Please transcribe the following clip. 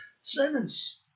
sentence